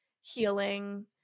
healing